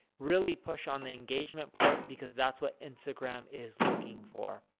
really push on the engagement part because that's what instagram is looking for.